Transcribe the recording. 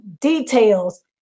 details